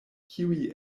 kiuj